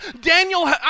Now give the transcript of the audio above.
Daniel